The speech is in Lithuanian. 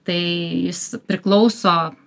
tai jis priklauso